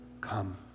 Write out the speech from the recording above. come